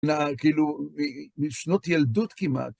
כאילו משנות ילדות כמעט.